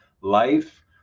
life